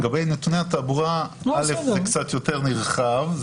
לגבי נתוני התעבורה, זה קצת יותר נרחב.